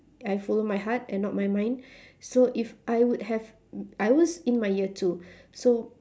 I follow my heart and not my mind so if I would have I was in my year two so